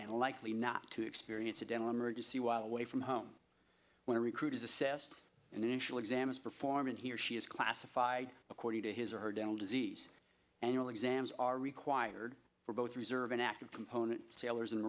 and likely not to experience a dental emergency while away from home when recruiters assessed and initial examiner perform and he or she is classified according to his or her dental disease annual exams are required for both reserve an active component sailors